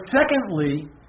secondly